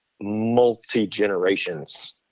multi-generations